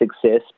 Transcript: success